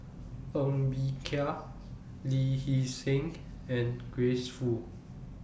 Ng Bee Kia Lee Hee Seng and Grace Fu